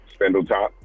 Spindletop